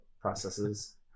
processes